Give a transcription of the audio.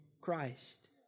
Christ